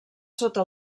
sota